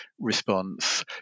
response